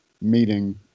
meeting